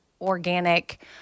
organic